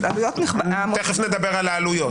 תכף נדבר על העלויות.